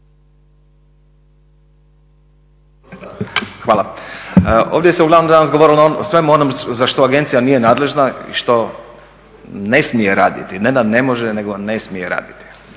Hvala. Ovdje se uglavnom danas govorilo o svemu onom za što agencija nije nadležna i što ne smije raditi, ne da ne može nego ne smije raditi,